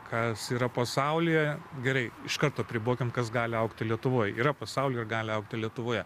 kas yra pasaulyje gerai iš karto apribokim kas gali augti lietuvoj yra pasauly ir gali augti lietuvoje